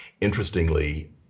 Interestingly